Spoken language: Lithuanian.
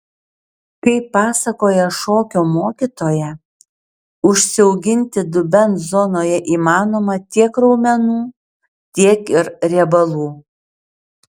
kaip pasakoja šokio mokytoja užsiauginti dubens zonoje įmanoma tiek raumenų tiek ir riebalų